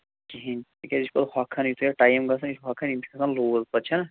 کِہیٖنۍ تِکیٛازِ یہِ چھُ پَتہٕ ہۄکھان یتھُے اَتھ ٹایِم گژھان یہِ چھُ ہۄکھان یِم چھِ گژھان لوٗل پَتہٕ چھا